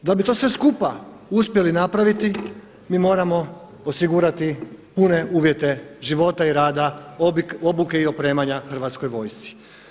Da bi to sve skupa uspjeli napraviti mi moramo osigurati pune uvjete života i rada, obuke i opremanja hrvatskoj vojsci.